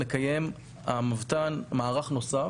מקיים המבת"ן מערך נוסף,